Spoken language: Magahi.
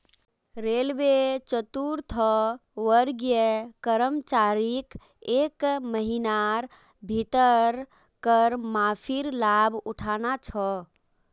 रेलवे चतुर्थवर्गीय कर्मचारीक एक महिनार भीतर कर माफीर लाभ उठाना छ